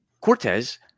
Cortez